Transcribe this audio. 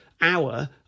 hour